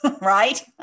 right